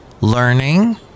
Learning